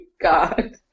God